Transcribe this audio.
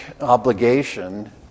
obligation